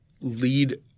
lead